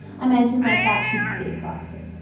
a mansion like that should stay classic.